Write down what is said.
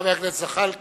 חבר הכנסת ג'מאל זחאלקה.